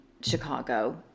Chicago